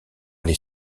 les